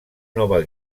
nova